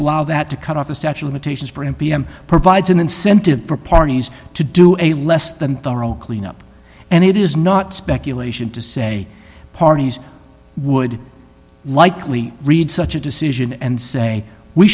allow that to cut off a statue limitations for m b m provides an incentive for parties to do a less than thorough cleanup and it is not speculation to say parties would likely read such a decision and say we